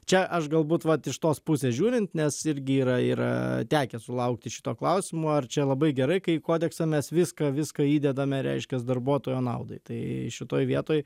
čia aš galbūt vat iš tos pusės žiūrint nes irgi yra yra tekę sulaukti šito klausimo ar čia labai gerai kai į kodeksą mes viską viską įdedame reiškias darbuotojo naudai tai šitoj vietoj